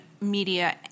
media